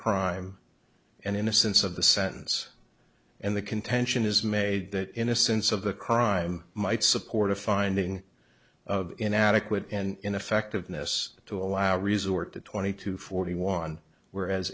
crime and innocence of the sentence and the contention is made that innocence of the crime might support a finding of inadequate and ineffectiveness to allow resort to twenty to forty one whereas